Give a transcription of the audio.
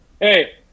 hey